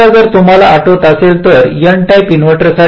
आता जर तुम्हाला आठवत असेल तर N टाइप इनव्हर्टरसाठी